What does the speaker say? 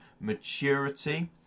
maturity